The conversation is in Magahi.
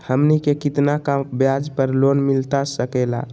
हमनी के कितना का ब्याज पर लोन मिलता सकेला?